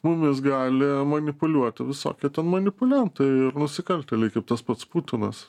mumis gali manipuliuoti visokie ten manipuliantai ir nusikaltėliai kaip tas pats putinas